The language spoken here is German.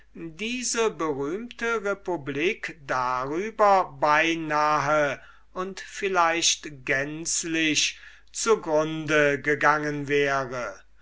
diese berühmte stadt darüber beinahe und vielleicht gänzlich zu grunde gegangen wäre